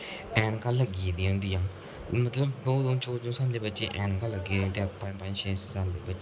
ऐनका लग्गी दियां होंदी मतलब बहुत बच्चें गी ऐनका लग्गी दियां पंज पंज छे छे साल दे बच्चे